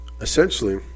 essentially